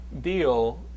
deal